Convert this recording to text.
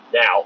Now